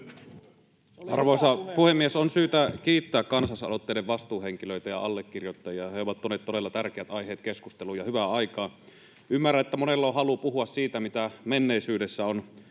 Arvoisa puhemies! On syytä kiittää kansalaisaloitteiden vastuuhenkilöitä ja allekirjoittajaa. He ovat tuoneet todella tärkeät aiheet keskusteluun ja hyvään aikaan. Ymmärrän, että monella on halua puhua siitä, mitä menneisyydessä on